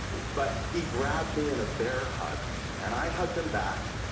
but he grabbed me in a bear hug and i hugged him back,